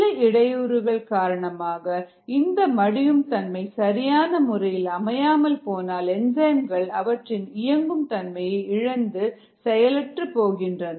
சில இடையூறுகள் காரணமாக இந்த மடியும் தன்மை சரியான முறையில் அமையாமல் போனால் என்சைம்கள் அவற்றின் இயங்கும் தன்மையை இழந்து செயலற்றுப் போகின்றன